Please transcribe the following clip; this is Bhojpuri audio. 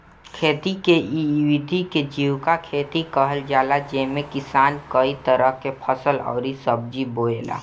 खेती के इ विधि के जीविका खेती कहल जाला जेमे किसान कई तरह के फसल अउरी सब्जी बोएला